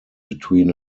between